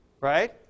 right